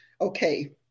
okay